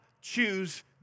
choose